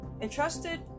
entrusted